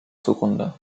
zugrunde